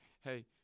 hey